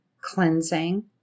cleansing